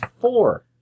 four